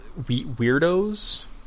weirdos